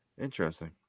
interesting